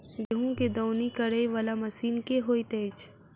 गेंहूँ केँ दौनी करै वला मशीन केँ होइत अछि?